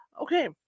Okay